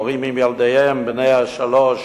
הורים עם ילדיהם בני השלוש,